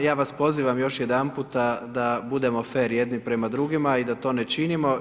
I ja vas pozivam još jedanputa da budemo fer jedni prema drugima i da to ne činimo.